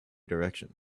direction